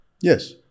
Yes